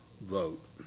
vote